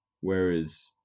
Whereas